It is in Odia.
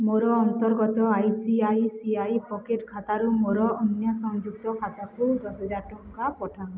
ମୋର ଅନ୍ତର୍ଗତ I C I C I pocket ଖାତାରୁ ମୋର ଅନ୍ୟ ସଂଯୁକ୍ତ ଖାତାକୁ ଦଶହଜାର ଟଙ୍କା ପଠାଅ